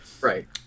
Right